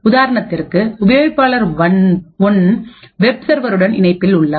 உதாரணத்திற்கு உபயோகிப்பாளர் 1 வெப் சர்வருடன் இணைப்பில் உள்ளார்